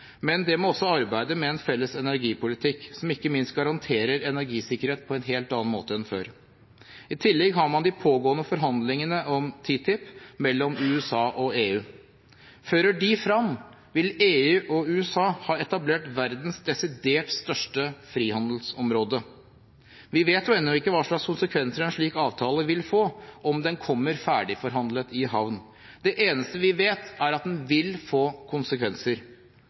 Men det må også arbeidet med en felles energipolitikk, som ikke minst garanterer energisikkerhet på en helt annen måte enn før. I tillegg har man de pågående forhandlingene om TTIP mellom USA og EU. Fører de frem, vil EU og USA ha etablert verdens desidert største frihandelsområde. Vi vet ennå ikke hva slags konsekvenser en slik avtale vil få om den kommer ferdigforhandlet i havn. Det eneste vi vet, er at den vil få konsekvenser,